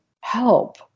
help